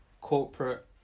corporate